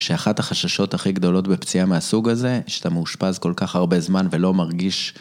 שאחת החששות הכי גדולות בפציעה מהסוג הזה, שאתה מאושפז כל כך הרבה זמן ולא מרגיש...